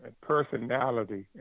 personality –